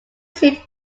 seat